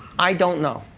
i don't know.